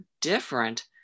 different